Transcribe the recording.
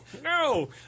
No